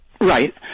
Right